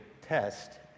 test